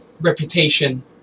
reputation